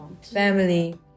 family